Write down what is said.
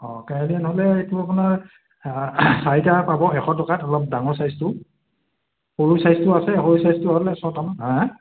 অ' কেৰেলিয়ান হ'লে এইটো আপোনাৰ আ চাৰিটা পাব এশ টকাত অলপ ডাঙৰ চাইজটো সৰু ছাইজটো আছে সৰু ছাইজটো হ'লে ছয়টামান হা হা